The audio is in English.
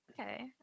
Okay